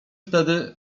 wtedy